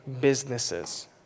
businesses